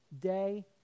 day